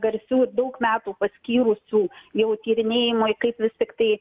garsių ir daug metų paskyrusių jau tyrinėjimui kaip vis tiktai